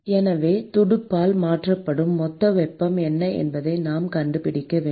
எனவே துடுப்பால் மாற்றப்படும் மொத்த வெப்பம் என்ன என்பதை நாம் கண்டுபிடிக்க வேண்டும்